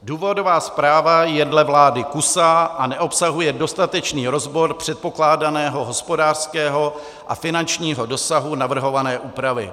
Důvodová zpráva je dle vlády kusá a neobsahuje dostatečný rozbor předpokládaného hospodářského a finančního dosahu navrhované úpravy.